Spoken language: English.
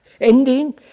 Ending